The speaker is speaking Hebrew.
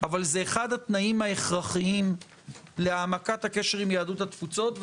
אבל זה אחד התנאים ההכרחיים להעמקת הקשר עם יהדות התפוצות.